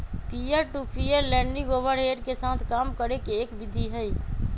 peer to peer lending overhead के साथ काम करे के एक विधि हई